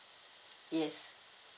yes